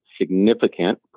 significant